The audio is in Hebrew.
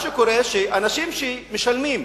מה שקורה, שאנשים שמשלמים